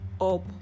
up